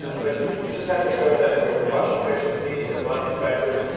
ah but you just have to show that your combustion efficiency is not affected,